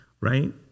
Right